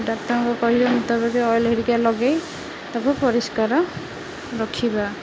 ଡାକ୍ତରଙ୍କ କହିବା ମୁତାବକ ଅଏଲ ହେରିକା ଲଗାଇ ତାକୁ ପରିଷ୍କାର ରଖିବା